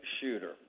shooter